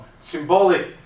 symbolic